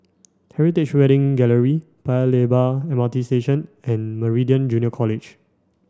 Heritage Wedding Gallery Paya Lebar M R T Station and Meridian Junior College